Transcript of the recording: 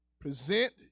present